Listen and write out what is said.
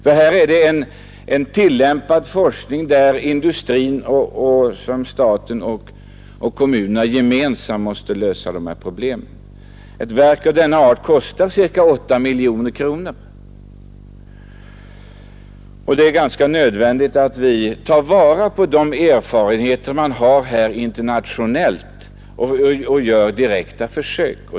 Det gäller här en tillämpad form av forskning som industrin, staten och kommunerna gemensamt måste svara för. Ett verk av denna typ kostar ca 8 miljoner kronor. Det är ganska nödvändigt att vi tar vara på de erfarenheter som vunnits internationellt och gör direkta försök.